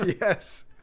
yes